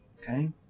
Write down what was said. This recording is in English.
Okay